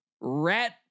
rat